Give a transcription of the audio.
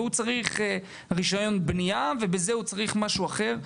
והוא צריך רישיון בניה ובזה הוא צריך משהו אחר,